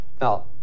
Now